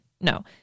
No